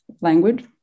language